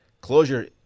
Closure